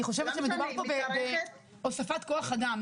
אני חושבת שמדובר פה בהוספת כוח אדם.